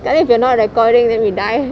scarly if you're not recording then we die